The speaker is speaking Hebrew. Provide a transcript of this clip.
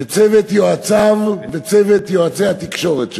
וצוות יועציו וצוות יועצי התקשורת שלו,